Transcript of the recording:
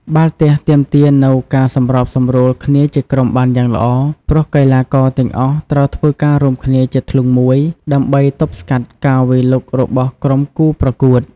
បាល់ទះទាមទារនូវការសម្របសម្រួលគ្នាជាក្រុមបានយ៉ាងល្អ ព្រោះកីឡាករទាំងអស់ត្រូវធ្វើការរួមគ្នាជាធ្លុងមួយដើម្បីទប់ស្កាត់ការវាយលុករបស់ក្រុមគូប្រកួត។